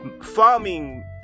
farming